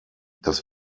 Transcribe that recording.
das